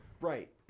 Right